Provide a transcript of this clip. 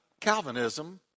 Calvinism